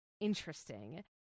interesting